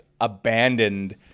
abandoned